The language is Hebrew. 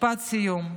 משפט סיום: